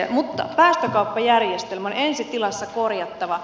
mutta päästökauppajärjestelmä on ensi tilassa korjattava